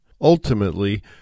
Ultimately